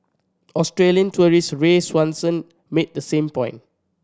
Australian tourist Ray Swanson made the same point